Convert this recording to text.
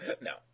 no